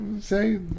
Say